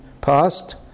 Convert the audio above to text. Past